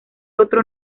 otro